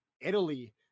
italy